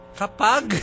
kapag